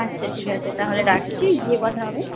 আচ্ছা ঠিক আছে তাহলে রাখছি গিয়ে কথা হবে